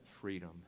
freedom